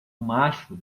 macho